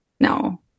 No